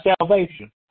salvation